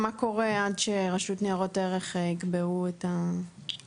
מה קורה עד שהרשות לניירות ערך יקבעו את התקנות?